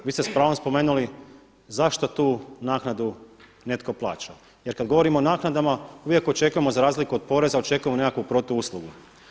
Vi ste s pravom spomenuli zašto tu naknadu netko plaća jer kada govorimo o naknadama uvijek očekujemo za razliku od poreza očekujemo nekakvu protuuslugu.